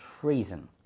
treason